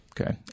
Okay